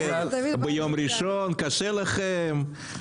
ביום ראשון קשה לכם.